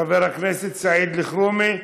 חבר הכנסת סעיד אלחרומי,